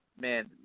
man